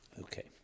Okay